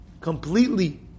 Completely